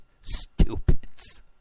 Stupids